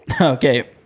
Okay